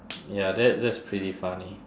ya that that's pretty funny